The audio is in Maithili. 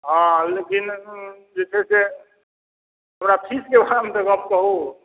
हँ लेकिन जे छै से थोड़ा फीसके बारेमे तऽ गप्प कहु